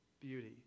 beauty